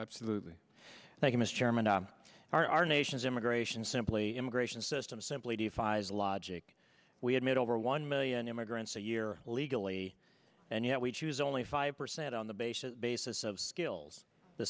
on our nation's immigration simply immigration system simply defies logic we have made over one million immigrants a year legally and yet we choose only five percent on the basis basis of skills the